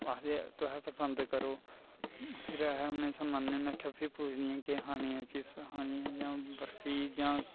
आखदे तुहें पसंद करो फिर आहें सनाने होन्ने फिर पुछदियां केह् खानियां चिप्सां खानियां जां बर्फी जां